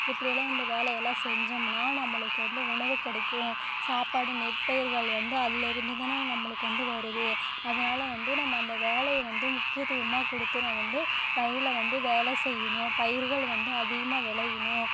இப்படியெல்லாம் இந்த வேலையல்லாம் செஞ்சம்னா நம்மளுக்கு வந்து உணவு கிடைக்கும் சாப்பாடு நெற்பயிர்கள் வந்து அதிலி இருந்து தான் நான் நம்மளுக்கு வந்து வருது அதனால வந்து நம்ம அந்த வேலையை வந்து முக்கியத்துவமாக கொடுத்து நான் வந்து வயலில் வந்து வேலை செய்யணும் பயிர்களை வந்து அதிகமாக விளையணும்